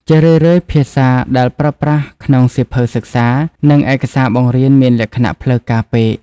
ជារឿយៗ ភាសាដែលប្រើប្រាស់ក្នុងសៀវភៅសិក្សា និងឯកសារបង្រៀនមានលក្ខណៈផ្លូវការពេក។